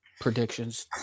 predictions